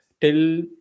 till